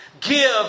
Give